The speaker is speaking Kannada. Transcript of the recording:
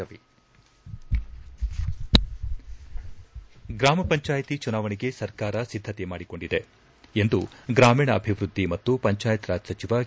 ರವಿ ಗ್ರಾಮ ಪಂಚಾಯಿತಿ ಚುನಾವಣೆಗೆ ಸರ್ಕಾರ ಸಿದ್ದತೆ ಮಾಡಿಕೊಂಡಿದೆ ಎಂದು ಗ್ರಾಮೀಣಾಭಿವೃದ್ದಿ ಮತ್ತು ಪಂಚಾಯತ್ ರಾಜ್ ಸಚಿವ ಕೆ